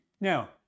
now